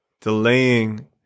delaying